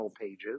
pages